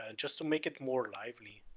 and just to make it more lively.